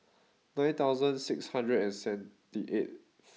nine thousand six hundred and seventy eighth